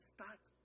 Start